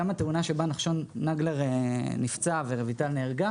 גם התאונה שבה נחשון נגלר נפצע ורויטל נהרגה